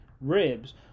ribs